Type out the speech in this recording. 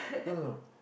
no no no